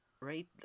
right